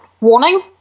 warning